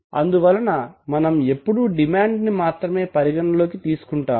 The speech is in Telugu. అందువలన మనం ఎప్పుడూ డిమాండ్ ని మాత్రమే పరిగణన లోనికి తీసుకుంటాము